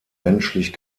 menschlich